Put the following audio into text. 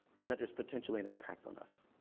and that there's potentially an impact on us.